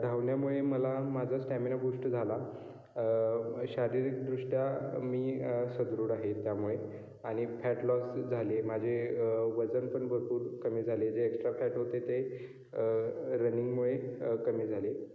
धावण्यामुळे मला माझा स्टॅमिना बुष्ट झाला शारीरिकदृष्ट्या मी सुदृढ आहे त्यामुळे आणि फॅटलॉस झाले माझे वजन पण भरपूर कमी झाले जे एक्सट्रा फॅट होते ते रनिंगमुळे कमी झाले